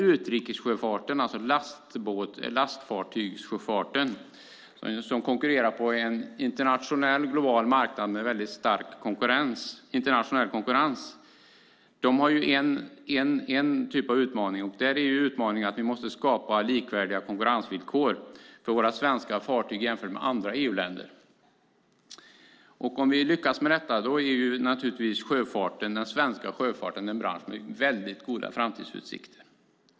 Utrikessjöfarten, det vill säga lastfartyg, som konkurrerar på en internationell global marknad med stark konkurrens har en typ av utmaning, nämligen att vi måste skapa likvärdiga konkurrensvillkor för de svenska fartygen och andra EU-länders. Om vi lyckas med det har den svenska sjöfarten goda framtidsutsikter.